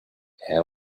air